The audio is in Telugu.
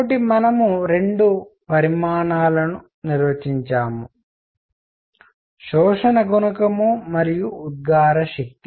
కాబట్టి మనము 2 పరిమాణాలను నిర్వచించాము శోషణ గుణకం మరియు ఉద్గార శక్తి